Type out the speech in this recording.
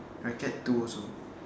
racket two also